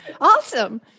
Awesome